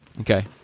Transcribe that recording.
Okay